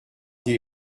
des